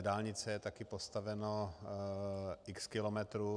Dálnice je taky postaveno x kilometrů.